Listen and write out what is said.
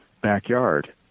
backyard